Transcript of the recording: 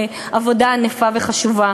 עבודה ענפה וחשובה.